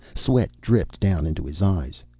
sweat dripped down into his eyes.